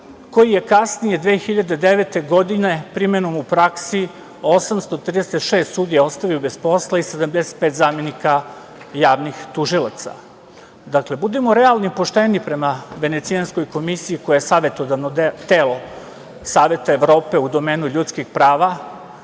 koji je kasnije 2009. godine primenom u praksi 836 sudija ostaju bez posla i 75 zamenika javnih tužilaca. Dakle, budimo realni i pošteni prema Venecijanskoj komisiji koja je savetodavno telo Saveta Evrope u domenu ljudskih prava